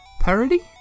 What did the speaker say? parody